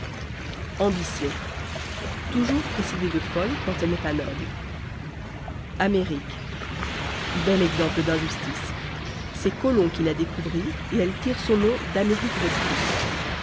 ambition toujours précédé de folle quand elle n'est pas noble amérique bel exemple d'injustice c'est colomb qui la découvrit et elle tire son nom d'améric vespuce